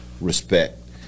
respect